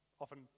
often